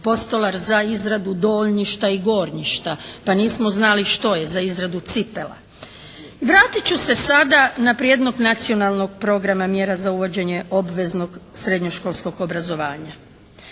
Postolar za izradu donjišta i gornjišta. Pa nismo znali što je, za izradu cipela. Vratit ću se sada na Prijedlog nacionalnog programa mjera za uvođenje obveznog srednjoškolskog obrazovanja.